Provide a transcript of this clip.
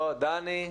דני?